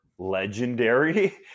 legendary